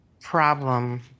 problem